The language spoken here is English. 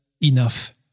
enough